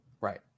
Right